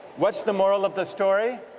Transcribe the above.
what's the moral of the story?